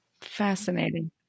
Fascinating